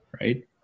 right